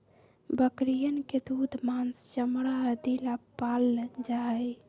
बकरियन के दूध, माँस, चमड़ा आदि ला पाल्ल जाहई